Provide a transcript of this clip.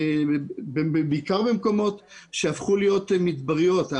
בעיקר במקומות שהפכו להיות מדבריות.